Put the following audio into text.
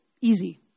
easy